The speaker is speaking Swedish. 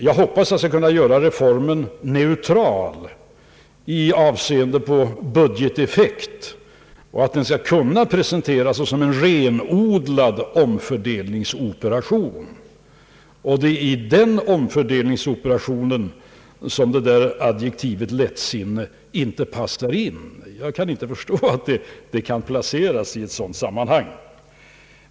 Jag hoppas att jag skall kunna göra reformen neutral i avseende på budgeteffekt och att den skall kunna presenteras såsom en renodlad omfördelningsoperation. Det är i den omfördelningsoperationen som adjektivet lättsinnig inte passar in. Jag kan inte förstå att det kan placeras i ett sådant sammanhang.